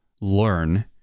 learn